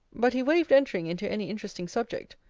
but he waved entering into any interesting subject.